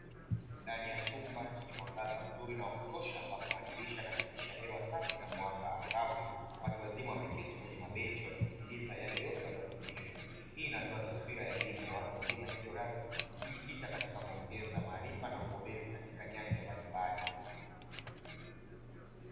Ndani ya chumba chenye mwangaza mzuri na wakutosha ambapo madirisha yanapitisha hewa safi na mwanga angavu. Watu wazima wameketi kwenye mabenchi wakisikiliza yale yote wanayofundishwa, hii inatoa taswira ya elimu ya watu wazima isiyo rasmi kujikita katika kuongeza maarifa na ubobezi katika nyanja mbalimbali.